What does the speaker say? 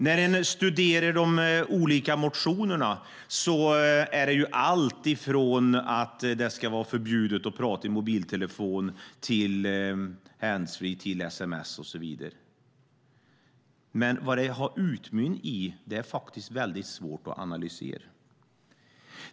När man studerar de olika motionerna ser man allt från att det ska vara förbjudet att prata i mobiltelefon till att det ska gälla handsfree, sms och så vidare. Men vad det har utmynnat i är väldigt svårt att analysera.